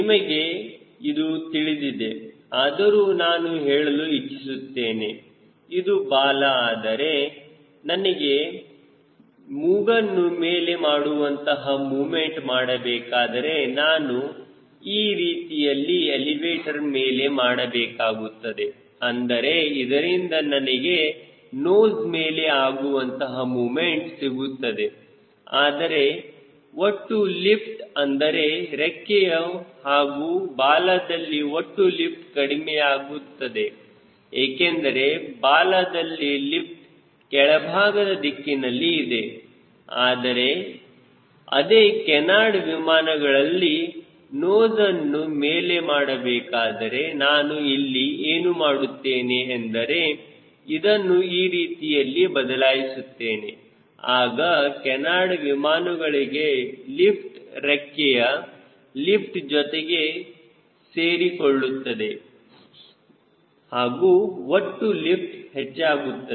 ನಿಮಗೆ ಇದು ತಿಳಿದಿದೆ ಆದರೂ ನಾನು ಹೇಳಲು ಇಚ್ಚಿಸುತ್ತೇನೆ ಇದು ಬಾಲ ಆದರೆ ನನಗೆ ಮೂಗನ್ನು ಮೇಲೆ ಮಾಡುವಂತಹ ಮೂಮೆಂಟ್ ಮಾಡಬೇಕಾದರೆ ನಾನು ಈ ರೀತಿಯಲ್ಲಿ ಎಲಿವೇಟರ್ ಮೇಲೆ ಮಾಡಬೇಕಾಗುತ್ತದೆ ಅಂದರೆ ಇದರಿಂದ ನನಗೆ ಮೂಗು ಮೇಲೆ ಆಗುವಂತಹ ಮೂಮೆಂಟ್ ಸಿಗುತ್ತದೆ ಆದರೆ ಒಟ್ಟು ಲಿಫ್ಟ್ ಅಂದರೆ ರೆಕ್ಕೆಯ ಹಾಗೂ ಬಾಲದ ಒಟ್ಟು ಲಿಫ್ಟ್ ಕಡಿಮೆಯಾಗುತ್ತದೆ ಏಕೆಂದರೆ ಬಾಲದಲ್ಲಿ ಲಿಫ್ಟ್ ಕೆಳಭಾಗದ ದಿಕ್ಕಿನಲ್ಲಿ ಇದೆ ಆದರೆ ಅದೇ ಕೇನಾರ್ಡ್ ವಿಮಾನಗಳಲ್ಲಿ ಮೂಗನ್ನು ಮೇಲೆ ಮಾಡಬೇಕಾದರೆ ನಾನು ಇಲ್ಲಿ ಏನು ಮಾಡುತ್ತೇನೆ ಅಂದರೆ ಇದನ್ನು ಈ ರೀತಿಯಲ್ಲಿ ಬದಲಾಯಿಸುತ್ತೇನೆ ಆಗ ಕೇನಾರ್ಡ್ ವಿಮಾನಗಳಲ್ಲಿ ಲಿಫ್ಟ್ ರೆಕ್ಕೆಯ ಲಿಫ್ಟ್ ಜೊತೆಗೆ ಸೇರಿಕೊಳ್ಳುತ್ತದೆ ಹಾಗೂ ಒಟ್ಟು ಲಿಫ್ಟ್ ಹೆಚ್ಚಾಗುತ್ತದೆ